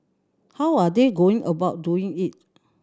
how are they going about doing it